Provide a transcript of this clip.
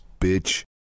bitch